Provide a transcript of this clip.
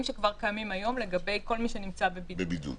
שכבר קיימים היום לגבי כל מי שנמצא בבידוד.